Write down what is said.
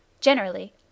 Generally